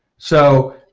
so